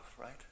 right